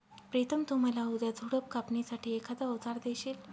प्रितम तु मला उद्या झुडप कापणी साठी एखाद अवजार देशील?